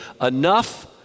enough